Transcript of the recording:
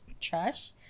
trash